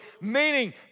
Meaning